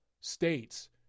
states